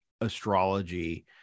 astrology